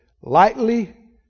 Lightly